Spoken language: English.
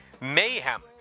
mayhem